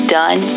done